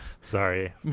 Sorry